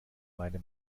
meine